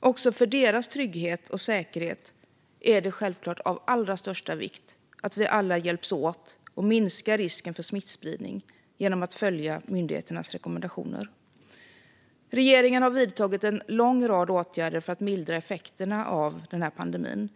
Också för deras trygghet och säkerhet är det självklart av allra största vikt att vi alla hjälps åt för att minska risken för smittspridning genom att följa myndigheternas rekommendationer. Regeringen har vidtagit en lång rad åtgärder för att mildra effekterna av denna pandemi.